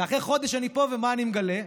ואחרי חודש שאני פה, מה אני מגלה?